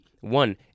one